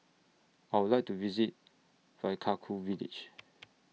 I Would like to visit Vaiaku Village